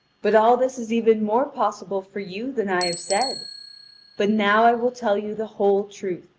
but all this is even more possible for you than i have said but now i will tell you the whole truth,